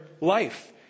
life